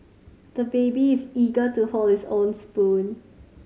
the baby is eager to hold his own spoon